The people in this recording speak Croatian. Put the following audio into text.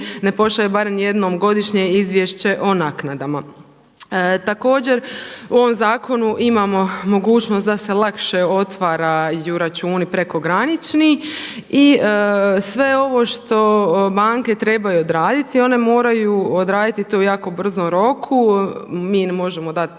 ne pošalje barem jednom godišnje izvješće o naknadama. Također u ovom zakonu imamo mogućnost da se lakše otvaraju računi prekogranični. I sve ovo što banke trebaju odraditi one moraju odraditi to u jako brzom roku. Mi možemo dati